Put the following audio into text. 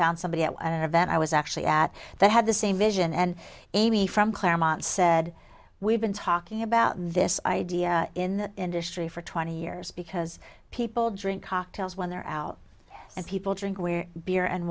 found somebody at an event i was actually at that had the same vision and amy from claremont said we've been talking about this idea in the industry for twenty years because people drink cocktails when they're out and people drink where beer and